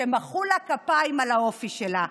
שמחאו לה כפיים על האופי שלה.